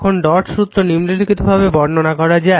এখন ডট সূত্র নিম্নলিখিত ভাবে বর্ণনা করা যায়